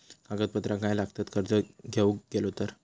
कागदपत्रा काय लागतत कर्ज घेऊक गेलो तर?